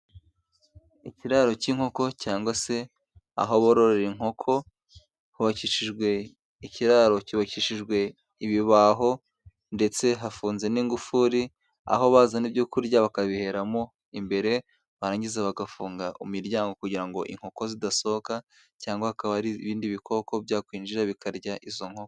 Ikiraro cy'inkoko, cyangwa se aho bororera inkoko, hubakishijwe, ikiraro cyubakishijwe ibibaho, ndetse hafunze n'ingufuri, aho bazana ibyokurya bakabiheramo imbere, barangiza bagafunga imiryango, kugira ngo inkoko zidasohoka, cyangwa hakaba ari ibindi bikoko, byakwinjira bikarya izo nkoko.